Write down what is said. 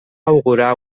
augurar